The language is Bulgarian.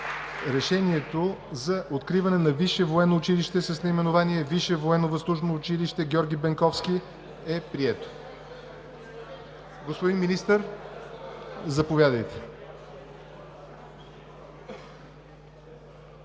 Решението за откриване на Висше военно училище с наименование „Висше военновъздушно училище „Георги Бенковски“ е прието. Господин Министър, заповядайте